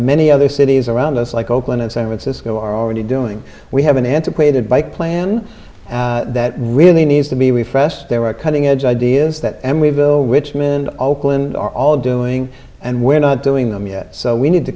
many other cities around us like oakland and san francisco are already doing we have an antiquated bike plan that really needs to be refreshed there are cutting edge ideas that we've built richmond oakland are all doing and we're not doing them yet so we need to